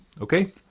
Okay